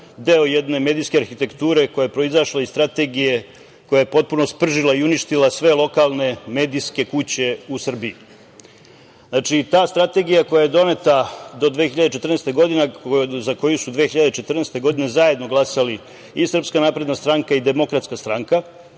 deo jedne medijske arhitekture koja je proizašla iz strategije koja je potpuno spržila i uništila sve lokalne medijske kuće u Srbiji. Znači, ta strategija koja je doneta do 2014. godine, za koju su 2014. godine zajedno glasali i SNS i DS, bez obzira koliko se